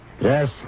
Yes